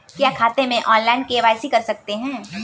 क्या खाते में ऑनलाइन के.वाई.सी कर सकते हैं?